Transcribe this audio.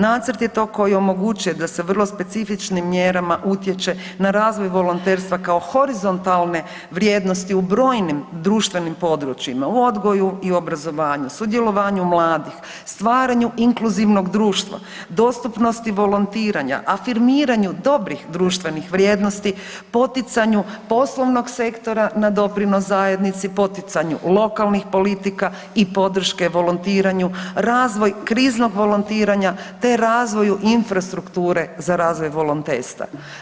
Nacrt je to koji omogućuje da se vrlo specifičnim mjerama utječe na razvoj volonterstva kao horizontalne vrijednosti u brojnim društvenim područjima u odgoju i obrazovanju, sudjelovanju mladih, stvaranju inkluzivnog društva, dostupnosti volontiranja, afirmiranju dobrih društvenih vrijednosti, poticanju poslovnog sektora na doprinos zajednici, poticanju lokalnih politika i podrške volontiranju, razvoj kriznog volontiranja te razvoju infrastrukture za razvoj volonterstva.